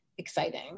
exciting